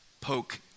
poke